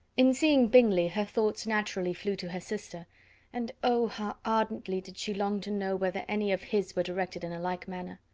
in seeing bingley, her thoughts naturally flew to her sister and, oh! how ardently did she long to know whether any of his were directed in a like manner.